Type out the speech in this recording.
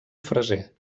freser